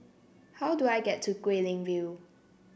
how do I get to Guilin View